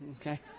Okay